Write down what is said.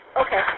Okay